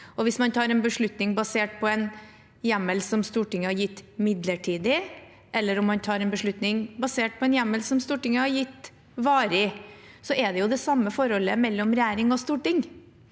Enten man tar en beslutning basert på en hjemmel Stortinget har gitt midlertidig, eller man tar en beslutning basert på en varig hjemmel Stortinget har gitt, er det jo det samme forholdet mellom regjering og storting.